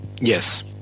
Yes